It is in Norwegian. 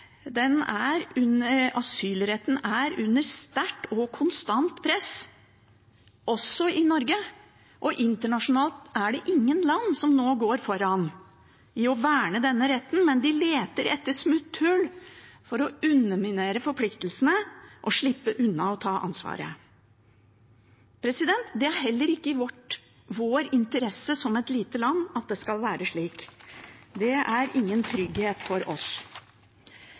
Asylretten er under sterkt og konstant press, også i Norge, og internasjonalt er det ingen land som nå går foran i å verne denne retten. De leter etter smutthull for å underminere forpliktelsene og slippe unna ansvaret. Det er heller ikke i vår interesse som et lite land at det skal være slik. Det er ingen trygghet for oss.